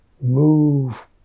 move